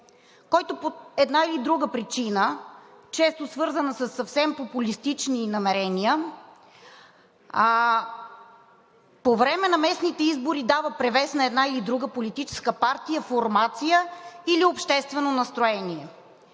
който по една или друга причина, често свързана със съвсем популистични намерения, по време на местните избори дава превес на една или друга политическа партия, формация или обществено настроение.